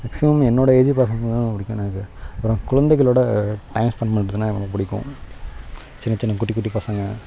maximum என்னோட age பசங்களெல்லாம் பிடிக்கும் எனக்கு அப்புறம் குழந்தைகளோட டைம் ஸ்பெண்ட் பண்றதுன்னால் எனக்கு ரொம்பப் பிடிக்கும் சின்னச் சின்ன குட்டி குட்டிப் பசங்கள்